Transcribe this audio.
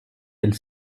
elle